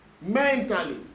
mentally